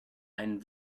ein